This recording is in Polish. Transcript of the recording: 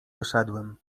wyszedłem